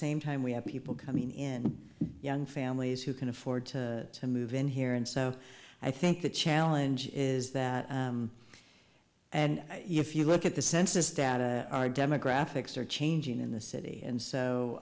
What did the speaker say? same time we have people coming in young families who can afford to to move in here and so i think the challenge is that and if you look at the census data our demographics are changing in the city and so